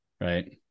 right